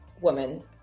woman